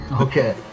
Okay